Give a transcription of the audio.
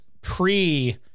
pre